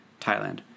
Thailand